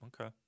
Okay